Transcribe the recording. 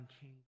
King